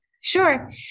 Sure